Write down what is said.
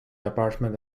apartment